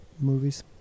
movies